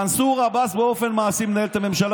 מנסור עבאס באופן מעשי מנהל את הממשלה,